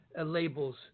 labels